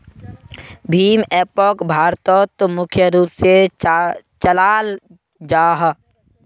भीम एपोक भारतोत मुख्य रूप से चलाल जाहा